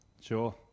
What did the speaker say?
sure